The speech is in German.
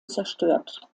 zerstört